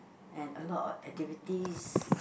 and a lot of activities